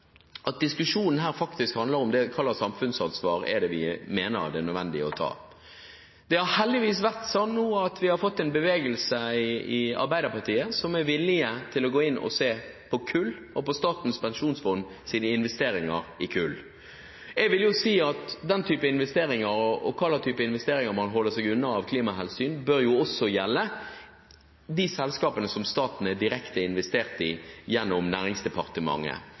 at diskusjonen faktisk handler om hva slags samfunnsansvar vi mener det er nødvendig å ta. Det er heldigvis slik at vi har fått en bevegelse i Arbeiderpartiet, som er villig til å gå inn og se på kull og på Statens pensjonsfonds investeringer i kull. Jeg vil si at den type investeringer – og hva slags type investeringer man holder seg unna av klimahensyn – også bør gjelde de selskapene som staten har direkte investert i gjennom Næringsdepartementet.